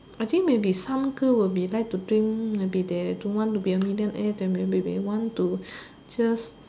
I think maybe some girl will be like to drink maybe they don't want to be a millionaire they may be be want to just